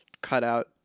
cutout